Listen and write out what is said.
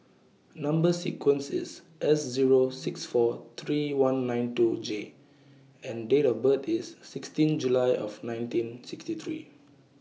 Number sequence IS S Zero six four three one nine two J and Date of birth IS sixteen July of nineteen sixty three